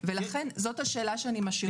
זאת השאלה שאני משאירה באוויר.